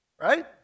Right